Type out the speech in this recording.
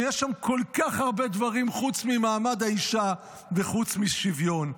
שיש שם כל כך הרבה דברים חוץ ממעמד האישה וחוץ משוויון.